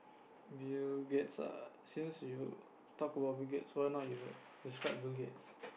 Bill-Gates ah get since you talk about Bill-Gates why not you describe Bill-Gates